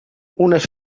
unes